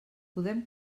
podem